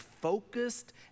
focused